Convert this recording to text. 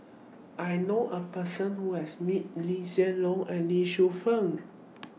I know A Person Who has meet Lee Hsien Loong and Lee Shu Fen